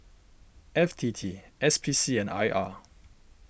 F T T S P C and I R